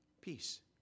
Peace